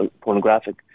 pornographic